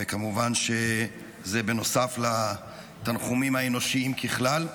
וכמובן שזה נוסף לתנחומים האנושיים ככלל.